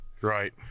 Right